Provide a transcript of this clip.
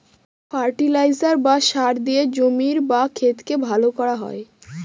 fertiliser বা সার দিয়ে জমির বা ক্ষেতকে ভালো করা হয়